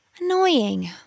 Annoying